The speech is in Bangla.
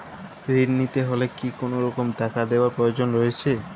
ঋণ নিতে হলে কি কোনরকম টাকা দেওয়ার প্রয়োজন রয়েছে?